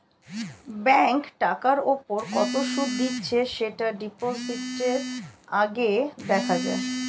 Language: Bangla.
ব্যাঙ্ক টাকার উপর কত সুদ দিচ্ছে সেটা ডিপোজিটের আগে দেখা যায়